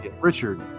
Richard